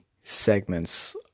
segments